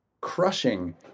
crushing